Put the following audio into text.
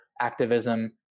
activism